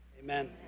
amen